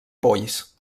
polls